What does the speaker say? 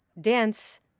dance